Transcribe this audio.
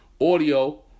Audio